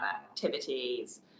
activities